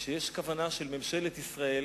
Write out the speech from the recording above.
שיש כוונה של ממשלת ישראל